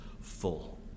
full